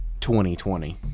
2020